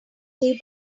table